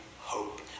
hope